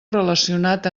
relacionat